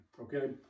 Okay